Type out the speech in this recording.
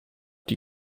die